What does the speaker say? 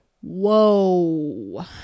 Whoa